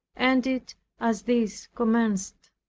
ended as these commenced.